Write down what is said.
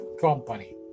company